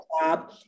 job